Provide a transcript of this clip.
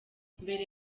mbere